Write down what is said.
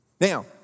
Now